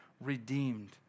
redeemed